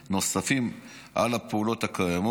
נוסף על הפעולות הקיימות,